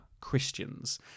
Christians